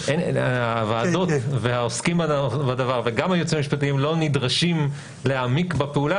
הוועדות והעוסקים בדבר וגם היועצים המשפטיים לא נדרשים להעמיק בפעולה,